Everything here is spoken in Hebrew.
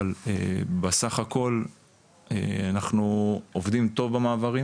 אבל בסך הכל אנחנו עובדים טוב במעברים.